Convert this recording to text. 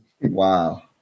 Wow